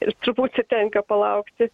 ir truputį tenka palaukti